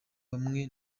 bamwe